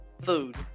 food